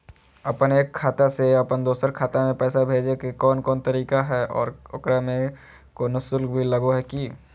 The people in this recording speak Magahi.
अपन एक खाता से अपन दोसर खाता में पैसा भेजे के कौन कौन तरीका है और ओकरा में कोनो शुक्ल भी लगो है की?